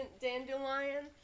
dandelion